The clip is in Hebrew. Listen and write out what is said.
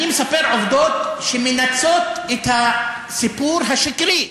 אני מספר עובדות שמנתצות את הסיפור השקרי.